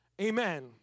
Amen